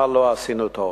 מה לא עשינו טוב,